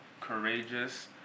courageous